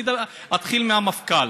אני אתחיל מהמפכ"ל.